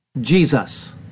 Jesus